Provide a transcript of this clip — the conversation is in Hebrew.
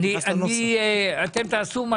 יימחקו.